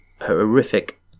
horrific